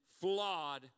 flawed